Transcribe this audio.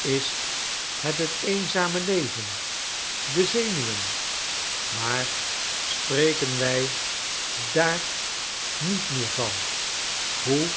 is het het eenzame leven de zenuwen maar spreken wij daar niet meer van hoe